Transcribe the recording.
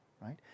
right